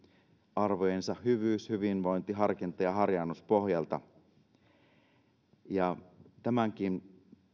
arvojensa hyvyys hyvinvointi harkinta ja harjaannus pohjalta tämänkin